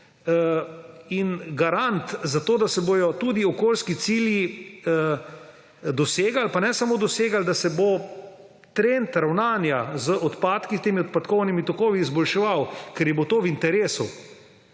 in granat za to, da se bodo tudi okoljski cilji dosegali. Pa ne smo dosegali, da se bo trend ravnanja z odpadki, temi odpadkovnimi tokovi izboljševal, ker ji bo to v interesu.